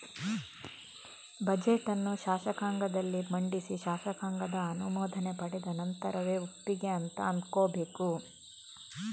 budget ಅನ್ನು ಶಾಸಕಾಂಗದಲ್ಲಿ ಮಂಡಿಸಿ ಶಾಸಕಾಂಗದ ಅನುಮೋದನೆ ಪಡೆದ ನಂತರವೇ ಒಪ್ಪಿಗೆ ಅಂತ ಅಂದ್ಕೋಬೇಕು